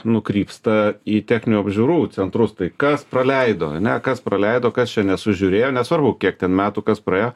nukrypsta į techninių apžiūrų centrus tai kas praleido ane kas praleido kas čia nesužiūrėjo nesvarbu kiek ten metų kas praėjo